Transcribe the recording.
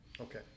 Okay